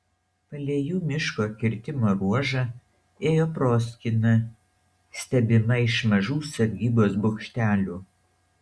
palei jų miško kirtimo ruožą ėjo proskyna stebima iš mažų sargybos bokštelių